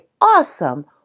awesome